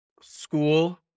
school